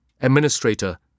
administrator